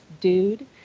dude